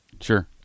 Sure